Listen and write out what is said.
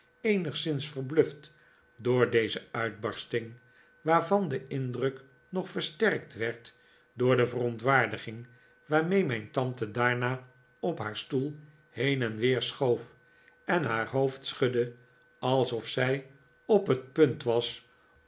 eenigszins verbluft door deze uitbarsting waarvan de indruk nog versterkt werd door de verontwaardiging waarmee mijn tante daarna op haar stoel heen en weer schoof en haar hoofd schudde alsof zij op het punt was